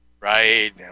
right